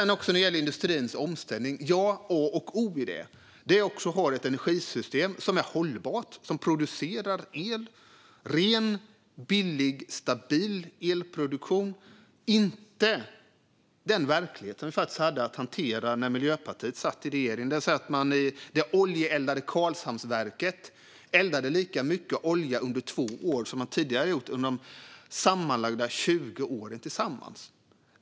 När det gäller industrins omställning är det A och O att ha ett energisystem som är hållbart och som producerar el - en ren, billig och stabil elproduktion, och inte den verklighet som vi hade att hantera när Miljöpartiet satt i regeringen. Det oljeeldade Karlshamnsverket eldade lika mycket olja under två år som man tidigare gjort under de senaste tjugo åren sammanlagt.